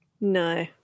No